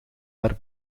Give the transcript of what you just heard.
haar